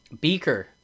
beaker